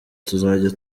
tuzajya